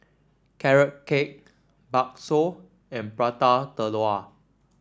Carrot Cake bakso and Prata Telur